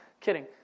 kidding